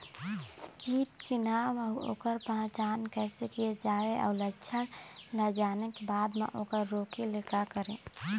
कीट के नाम अउ ओकर पहचान कैसे किया जावे अउ लक्षण ला जाने के बाद मा ओकर रोके ले का करें?